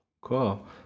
Cool